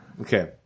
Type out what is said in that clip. Okay